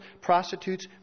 prostitutes